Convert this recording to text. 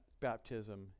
baptism